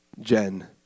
Jen